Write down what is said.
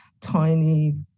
tiny